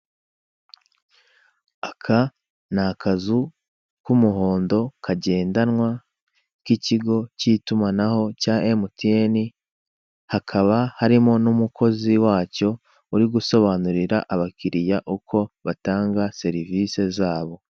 Aka ni akazu k'umuhondo kagendanwa k'ikigo cy'itumanaho cya emutiyene, hakaba harimo n'umukozi wacyo uri gusobanurira abakiliya uko batanga serivise zabo.